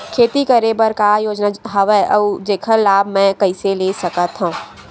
खेती करे बर का का योजना हवय अउ जेखर लाभ मैं कइसे ले सकत हव?